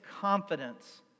confidence